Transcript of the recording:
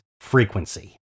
frequency